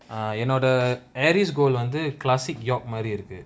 ah என்னோட:ennoda aries gold வந்து:vanthu classic yoke மாரி இருக்கு:maari iruku